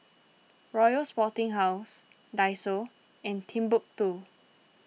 Royal Sporting House Daiso and Timbuk two